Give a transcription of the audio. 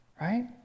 Right